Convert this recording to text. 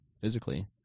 physically